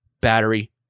battery